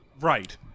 Right